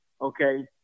okay